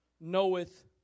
knoweth